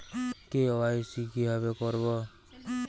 KYC কিভাবে করব?